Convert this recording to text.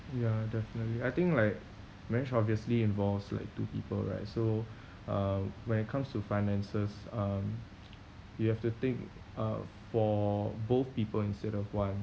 ya definitely I think like marriage obviously involves like two people right so uh when it comes to finances um you have to think uh for both people instead of one